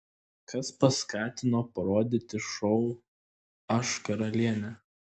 kas paskatino parodyti šou aš karalienė